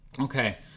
Okay